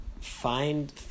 find